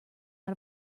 out